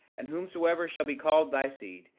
and whomsoever shall be called thy seed,